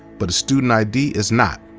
but a student id is not.